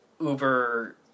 uber